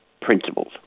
principles